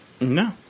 no